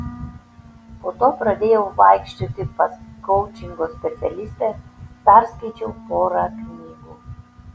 po to pradėjau vaikščioti pas koučingo specialistę perskaičiau porą knygų